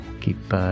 Keep